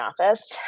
office